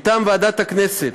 מטעם ועדת הכנסת: